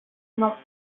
non